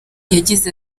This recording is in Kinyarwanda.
yagize